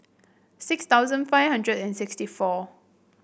six thousand five hundred and sixty four